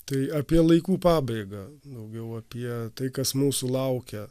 tai apie laikų pabaigą daugiau apie tai kas mūsų laukia